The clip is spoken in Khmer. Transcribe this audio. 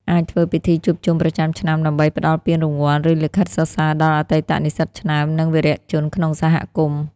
អាចធ្វើពិធីជួបជុំប្រចាំឆ្នាំដើម្បីផ្តល់ពានរង្វាន់ ឬលិខិតសរសើរដល់អតីតនិស្សិតឆ្នើម និងវីរៈជនក្នុងសហគមន៍។